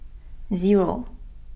zero